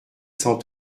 cent